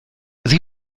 sie